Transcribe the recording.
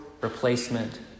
replacement